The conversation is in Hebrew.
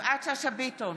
יפעת שאשא ביטון,